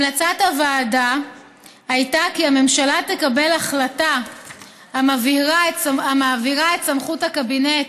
המלצת הוועדה הייתה שהממשלה תקבל החלטה המעבירה את סמכות הקבינט